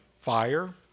fire